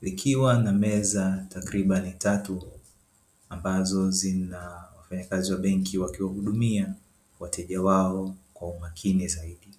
likiwa na meza takribani tatu, ambazo zina wafanyakazi wa benki wakiwahudumia wateja wao kwa umakini zaidi.